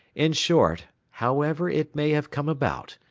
in short, however it may have come about,